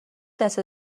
دست